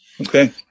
Okay